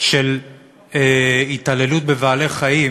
של התעללות בבעלי-חיים